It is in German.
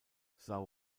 sao